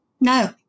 No